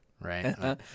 right